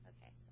Okay